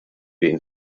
den